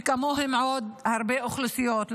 וכמוהם עוד הרבה אוכלוסיות,